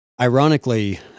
ironically